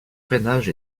freinage